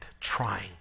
trying